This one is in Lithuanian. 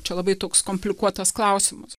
čia labai toks komplikuotas klausimas